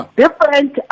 different